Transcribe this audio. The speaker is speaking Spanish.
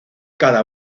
cada